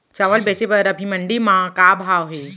चांवल बेचे बर अभी मंडी म का भाव हे?